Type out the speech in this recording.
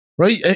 Right